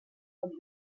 prop